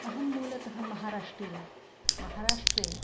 अहं मूलतः महाराष्ट्रिया महाराष्ट्रे